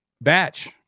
batch